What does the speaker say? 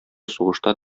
сугышта